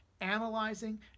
analyzing